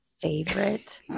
favorite